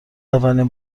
اولین